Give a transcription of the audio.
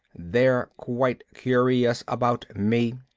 they're quite curious about me.